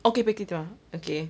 okay bukit timah okay